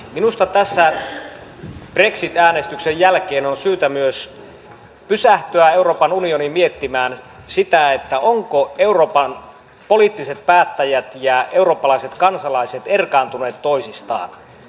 minusta tässä brexit äänestyksen jälkeen euroopan unionin on syytä myös pysähtyä miettimään sitä ovatko euroopan poliittiset päättäjät ja eurooppalaiset kansalaiset erkaantuneet toisistaan